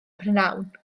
prynhawn